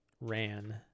ran